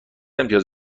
امتیاز